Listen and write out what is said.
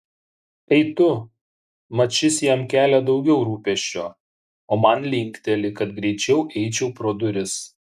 ei tu mat šis jam kelia daugiau rūpesčio o man linkteli kad greičiau eičiau pro duris